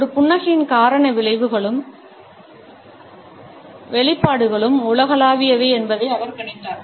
ஒரு புன்னகையின் காரண விளைவுகளும் வெளிப்பாடுகளும் உலகளாவியவை என்பதை அவர் கவனித்தார்